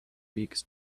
beaks